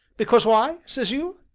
because why, says you?